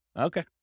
Okay